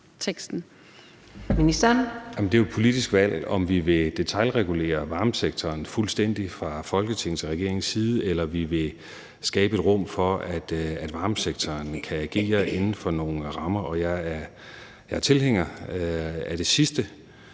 Det er jo et politisk valg, om vi vil detailregulere varmesektoren fuldstændig fra Folketingets og regeringens side, eller vi vil skabe et rum for, at varmesektoren kan agere inden for nogle rammer. Jeg er tilhænger af det sidste,